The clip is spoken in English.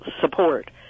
support